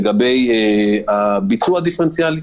לגבי הביצוע הדיפרנציאלי,